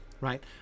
Right